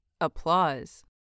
Applause